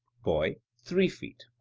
boy three feet.